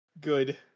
Good